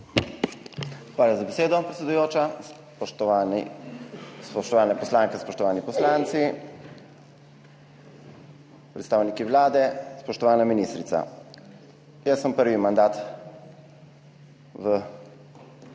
Hvala za besedo, predsedujoča. Spoštovani spoštovane poslanke, spoštovani poslanci, predstavniki Vlade, spoštovana ministrica. Jaz sem prvi mandat v tej